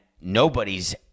nobody's